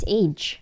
age